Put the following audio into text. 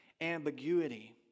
ambiguity